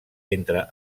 entre